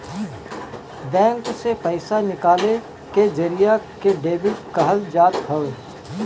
bank से पईसा निकाले के जरिया के डेबिट कहल जात हवे